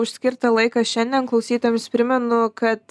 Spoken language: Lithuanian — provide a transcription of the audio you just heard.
už skirtą laiką šiandien klausytojams primenu kad